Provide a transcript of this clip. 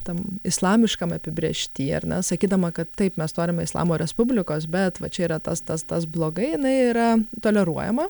tam islamiškam apibrėžty ar ne sakydama kad taip mes norime islamo respublikos bet va čia yra tas tas tas blogai jinai yra toleruojama